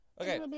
okay